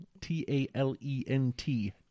T-A-L-E-N-T